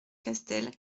castel